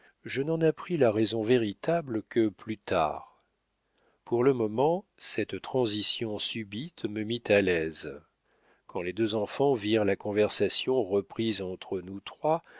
je n'en appris la raison véritable que plus tard pour le moment cette transition subite me mit à l'aise quand les deux enfants virent la conversation reprise entre nous trois